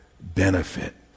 benefit